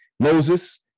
Moses